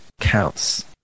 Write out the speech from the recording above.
counts